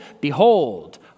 Behold